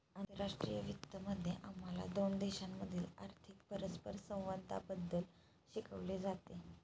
आंतरराष्ट्रीय वित्त मध्ये आम्हाला दोन देशांमधील आर्थिक परस्परसंवादाबद्दल शिकवले जाते